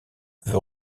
veut